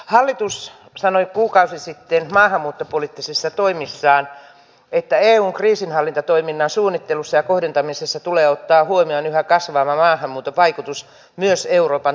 hallitus sanoi kuukausi sitten maahanmuuttopoliittisissa toimissaan että eun kriisinhallintatoiminnan suunnittelussa ja kohdentamisessa tulee ottaa huomioon yhä kasvavan maahanmuuton vaikutus myös euroopan turvallisuuteen